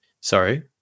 Sorry